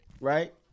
Right